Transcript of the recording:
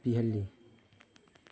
ꯄꯤꯍꯜꯂꯤ